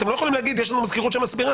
אתם לא יכולים להגיד שיש לכם מזכירות שמסבירה.